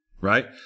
right